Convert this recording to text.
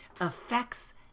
affects